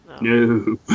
No